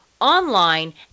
online